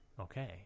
Okay